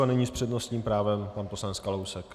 A nyní s přednostním právem pan poslanec Kalousek.